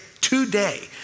today